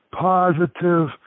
positive